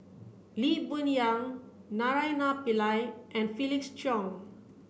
Lee Boon Yang Naraina Pillai and Felix Cheong